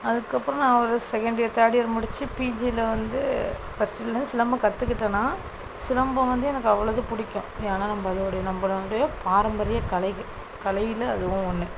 அதுக்கப்புறம் நான் ஒரு செகண்ட் இயர் தேர்ட் இயர் முடிச்சி பிஜியில வந்து ஃபர்ஸ்ட்டுல சிலம்பம் கற்றுக்கிட்ட நான் சிலம்பம் வந்து எனக்கு அவ்வளோது பிடிக்கும் ஏன்னா நம்பளுடைய நம்பளுடைய பாரம்பரிய கலை கலையில் அதுவும் ஒன்று